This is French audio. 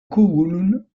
kowloon